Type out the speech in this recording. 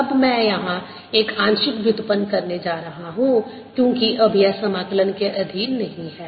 अब मैं यहाँ एक आंशिक व्युत्पन्न करने जा रहा हूँ क्योंकि अब यह समाकलन के अधीन नहीं है